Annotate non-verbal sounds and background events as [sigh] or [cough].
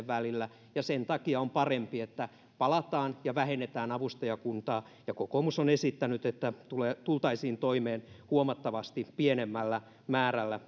[unintelligible] välillä ja sen takia on parempi että palataan ja vähennetään avustajakuntaa kokoomus on esittänyt että tultaisiin toimeen huomattavasti pienemmällä määrällä [unintelligible]